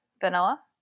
vanilla